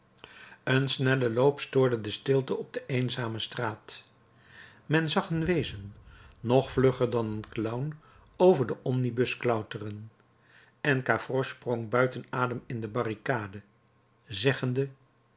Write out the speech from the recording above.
een snelle loop stoorde de stilte op de eenzame straat men zag een wezen nog vlugger dan een clown over den omnibus klauteren en gavroche sprong buiten adem in de barricade zeggende